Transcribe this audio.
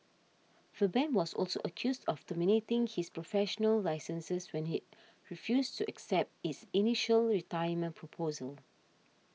the bank was also accused of terminating his professional licenses when he refused to accept its initial retirement proposal